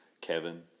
Kevin